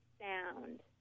sound